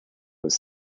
was